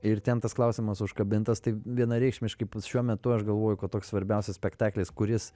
ir ten tas klausimas užkabintas tai vienareikšmiškai šiuo metu aš galvoju kad toks svarbiausias spektaklis kuris